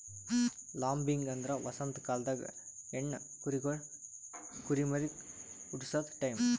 lambing ಅಂದ್ರ ವಸಂತ ಕಾಲ್ದಾಗ ಹೆಣ್ಣ ಕುರಿಗೊಳ್ ಕುರಿಮರಿಗ್ ಹುಟಸದು ಟೈಂ